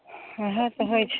ओहए तऽ होइत छै